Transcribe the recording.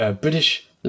British